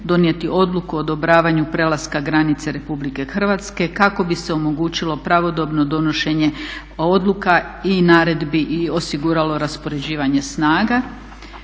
donijeti odluku o odobravanju prelaska granice RH kako bi se omogućilo pravodobno donošenje odluka i naredbi i osiguralo raspoređivanje snaga.